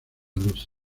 luz